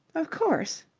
of course.